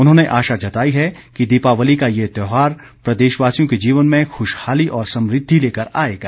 उन्होंने आशा जताई है कि दीपावली का ये त्योहार प्रदेशवासियों के जीवन में खुशहाली और समृद्धि लेकर आएगा